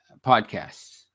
podcasts